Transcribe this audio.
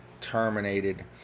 terminated